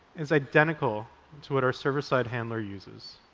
is identical to what our server-side handler uses.